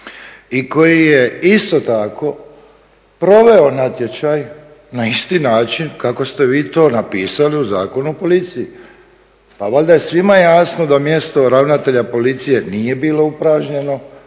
i koji je isto tako proveo natječaj na isti način kako ste vi to napisali u Zakonu o policiji. Pa valjda je svima jasno da mjesto ravnatelja policije nije bilo upražnjeno,